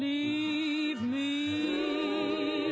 we